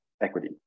equity